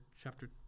chapter